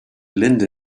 linda